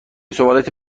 سوالاتی